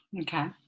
Okay